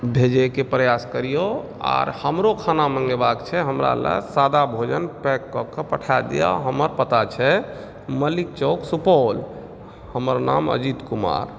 भेजे के प्रयास करियौ आर हमरो खाना मंगेबाक छै हमरा लए सादा भोजन पैक कए कऽ पठा दिअ हमर पता छै मलिक चौक सुपौल हमर नाम अजीत कुमार